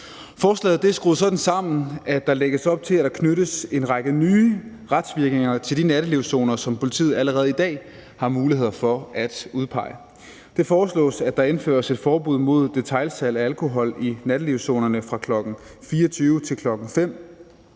Forslaget er skruet sådan sammen, at der lægges op til, at der knyttes en række nye retsvirkninger til de nattelivszoner, som politiet allerede i dag har mulighed for at udpege. Det foreslås, at der indføres et forbud mod detailsalg af alkohol i nattelivszonerne fra kl. 24.00 til kl.